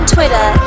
Twitter